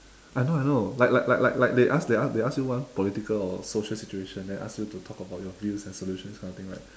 I know I know like like like like like they ask they ask they ask you one political or social situation then ask you to talk about your views and solutions this kind of thing right